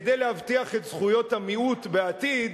כדי להבטיח את זכויות המיעוט בעתיד,